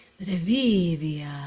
revivia